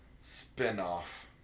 Spinoff